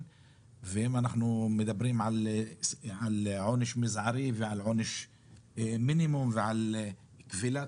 ואם אנחנו מדברים על עונש מזערי ועל עונש מינימום ועל קבילת